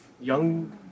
young